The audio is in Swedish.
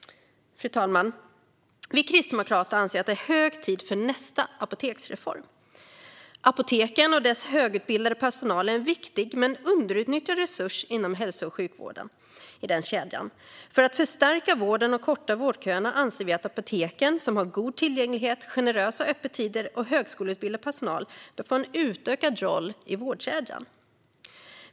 Fru talman! Vi kristdemokrater anser att det är hög tid för nästa apoteksreform. Apoteken och deras högutbildade personal är en viktig men underutnyttjad resurs i kedjan inom hälso och sjukvården. För att förstärka vården och korta vårdköerna anser vi att apoteken, som har god tillgänglighet, generösa öppettider och högskoleutbildad personal, bör få en utökad roll i vårdkedjan.